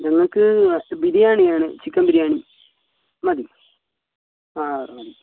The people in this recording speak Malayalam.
ഞങ്ങൾക്ക് ബിരിയാണിയാണ് ചിക്കൻ ബിരിയാണി മതി ആ